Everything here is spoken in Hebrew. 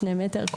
שני מטר,